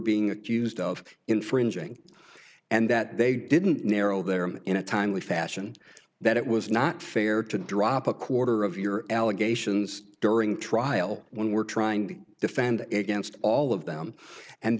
being accused of infringing and that they didn't narrow their image in a timely fashion that it was not fair to drop a quarter of your allegations during trial when we're trying to defend against all of them and